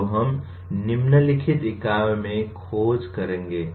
जो हम निम्नलिखित इकाई में खोज करेंगे